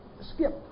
skip